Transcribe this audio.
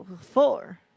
four